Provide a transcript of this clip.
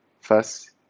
First